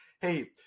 hey